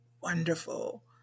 wonderful